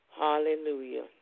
Hallelujah